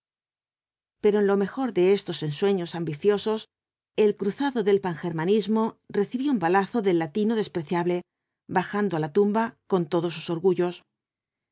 pero en lo mejor de estos ensueños ambiciosos el cruzado del pangermanismo recibía un balazo del latino despreciable bajando á la tumba con todos susorgullos